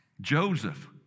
Joseph